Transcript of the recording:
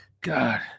God